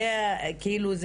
כאילו,